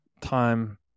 time